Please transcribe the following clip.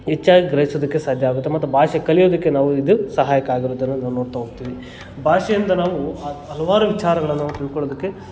ಹೆಚ್ಚಾಗಿ ಗೃಹಿಸೋದಕ್ಕೆ ಸಾಧ್ಯವಾಗುತ್ತೆ ಮತ್ತು ಭಾಷೆ ಕಲಿಯೋದಕ್ಕೆ ನಾವು ಇದು ಸಹಾಯಕ ಆಗಿರೋದನ್ನು ನಾವು ನೋಡ್ತಾ ಹೋಗ್ತೀವಿ ಭಾಷೆಯಿಂದ ನಾವು ಹಲವಾರು ವಿಚಾರಗಳನ್ನು ನಾವು ತಿಳ್ಕೊಳೋದಕ್ಕೆ